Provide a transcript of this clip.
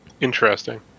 Interesting